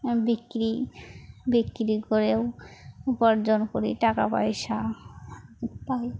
বিক্রি বিক্রি করেও উপার্জন করি টাকা পয়সা পাই